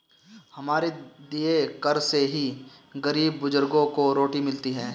हमारे दिए कर से ही गरीब बुजुर्गों को रोटी मिलती है